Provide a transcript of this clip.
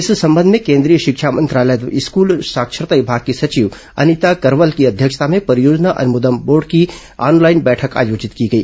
इस संबंध में केंद्रीय शिक्षा मंत्रालय स्कल साक्षरता विभाग की सचिव अनिता करवल की अध्यक्षता में परियोजना अनुमोदन बोर्ड की ऑनलाइन बैठक आयोजित की गई